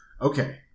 Okay